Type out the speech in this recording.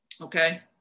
Okay